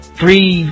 three